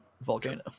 volcano